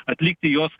atlikti jos